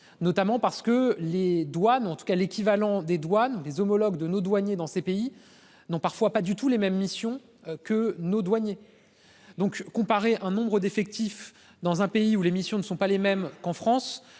notamment parce que les douanes en tout cas l'équivalent des douanes des homologues de nos douaniers dans ces pays n'ont parfois pas du tout les mêmes missions que nos douaniers. Donc, comparer un nombre d'effectifs dans un pays où l'émission ne sont pas les mêmes qu'en France